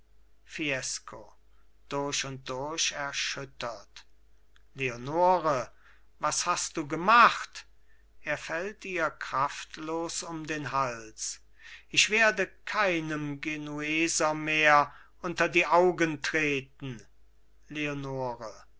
durch und durch erschüttert leonore was hast du gemacht er fällt ihr kraftlos um den hals ich werde keinem genueser mehr unter die augen treten leonore